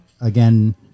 again